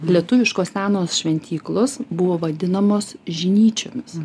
lietuviškos senos šventyklos buvo vadinamos žinyčiomis